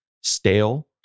stale